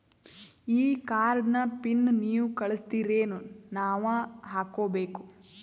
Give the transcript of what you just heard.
ಈ ಕಾರ್ಡ್ ನ ಪಿನ್ ನೀವ ಕಳಸ್ತಿರೇನ ನಾವಾ ಹಾಕ್ಕೊ ಬೇಕು?